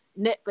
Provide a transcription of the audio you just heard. Netflix